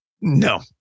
No